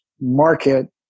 market